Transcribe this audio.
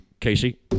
Casey